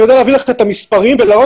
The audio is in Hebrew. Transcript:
אני יודע להעביר לכם את המספרים ולהראות